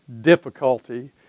difficulty